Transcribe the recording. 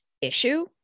issue